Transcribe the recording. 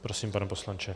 Prosím, pane poslanče.